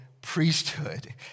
priesthood